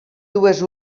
dues